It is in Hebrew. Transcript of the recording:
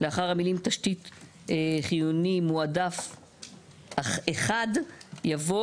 לאחר המילים "תשתית חיוני מועדף אחד" יבוא